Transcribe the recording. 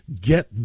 get